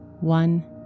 one